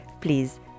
please